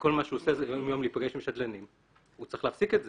שכל מה שהוא עושה זה להיפגש עם שדלנים הוא צריך להפסיק את זה.